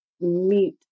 meet